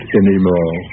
anymore